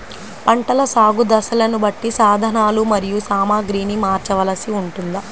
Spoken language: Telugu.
పంటల సాగు దశలను బట్టి సాధనలు మరియు సామాగ్రిని మార్చవలసి ఉంటుందా?